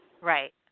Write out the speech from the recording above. right